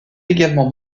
également